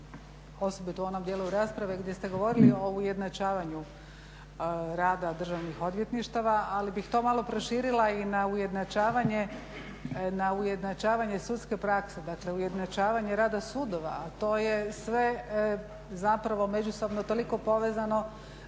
osobito u onom dijelu rasprave gdje ste govorili o ujednačavanju rada državnih odvjetništava, ali bih to malo proširila i na ujednačavanje sudske prakse, dakle ujednačavanje rada sudova. To je sve zapravo međusobno toliko povezano